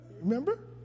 Remember